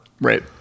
right